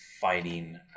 fighting